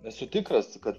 esu tikras kad